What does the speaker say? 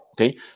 Okay